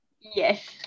Yes